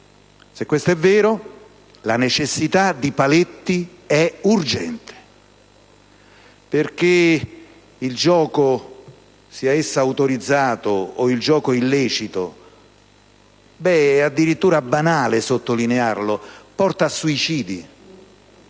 Se questo è vero, la necessità di paletti è urgente, perché il gioco, sia esso autorizzato o illecito - è addirittura banale sottolinearlo - porta a suicidi,